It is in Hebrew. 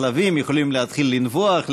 כלבים יכולים להתחיל לנבוח,